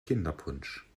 kinderpunsch